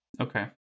Okay